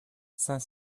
cinq